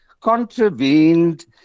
contravened